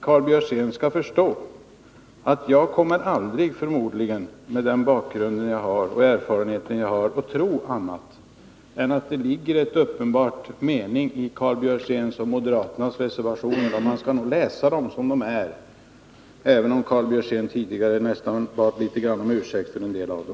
Karl Björzén måste förstå att jag, med den bakgrund och den erfarenhet jag har, aldrig kommer att tro annat än att det finns en mening med Karl Björzéns och moderaternas reservationer. Man skall nog läsa dem som de är, även om Karl Björzén tidigare bad litet grand om ursäkt för en del av dem.